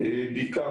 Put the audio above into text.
בעיקר